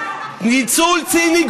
ניצול ציני,